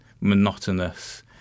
monotonous